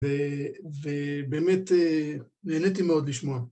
ובאמת נהניתי מאוד לשמוע.